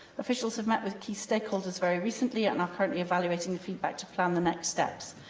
officials have met with key stakeholders very recently and are currently evaluating the feedback to plan the next steps.